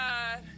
God